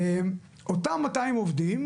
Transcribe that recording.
אותם מאתיים עובדים,